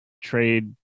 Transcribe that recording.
trade